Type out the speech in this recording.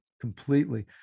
completely